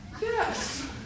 Yes